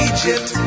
Egypt